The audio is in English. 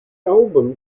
album